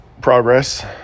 progress